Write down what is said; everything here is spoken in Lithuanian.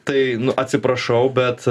tai atsiprašau bet